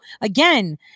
again